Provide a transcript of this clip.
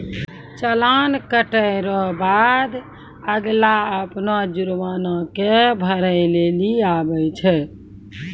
चालान कटे रो बाद अगला अपनो जुर्माना के भरै लेली आवै छै